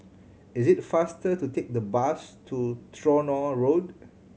it is faster to take the bus to Tronoh Road